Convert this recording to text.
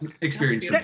experience